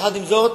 עם זאת,